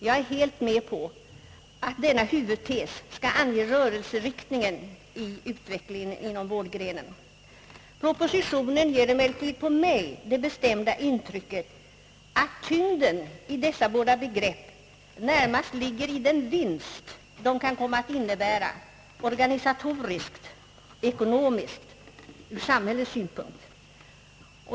Jag är helt med på att denna huvudtes skall ange rörelseriztningen i utvecklingen inom vårdgrenen. Propositionen gör emellertid på mig det bestämda intrycket att tyngden i dessa båda begrepp närmast ligger i den vinst som den kan komma att innebära organisatoriskt och ekonomiskt ur samhällets synvinkel.